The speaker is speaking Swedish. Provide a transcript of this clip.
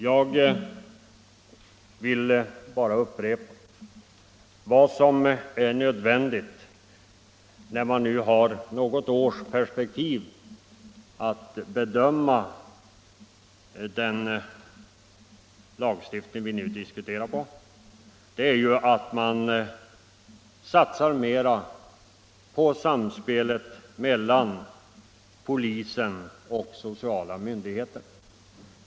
Jag vill bara upprepa vad som är nödvändigt när man nu har något års perspektiv i fråga om att bedöma den lagstiftning vi nu diskuterar. Det är att man satsar mera på samspelet mellan polisen och sociala myndigheter.